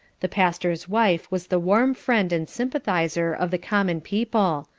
the pastor's wife was the warm friend and sympathizer of the common people,